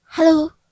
Hello